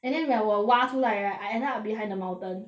and then we're we're 挖出来 right I ended up behind the mountain